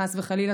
חס וחלילה,